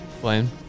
Playing